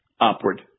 upward